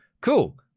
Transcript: cool